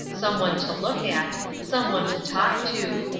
some one to look at, some one to talk to.